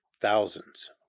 thousands